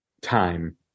time